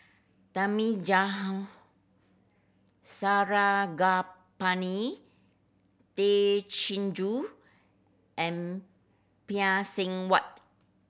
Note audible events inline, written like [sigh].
[unintelligible] Sarangapani Tay Chin Joo and Phay Seng Whatt